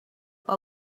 but